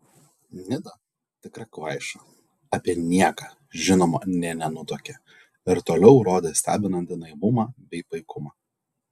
nida tikra kvaiša apie nieką žinoma nė nenutuokė ir toliau rodė stebinantį naivumą bei paikumą